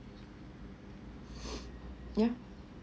yeah